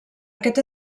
aquest